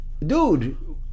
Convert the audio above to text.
Dude